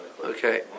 Okay